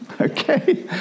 Okay